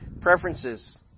preferences